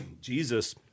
Jesus